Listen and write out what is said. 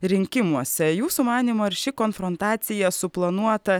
rinkimuose jūsų manymu ar ši konfrontacija suplanuota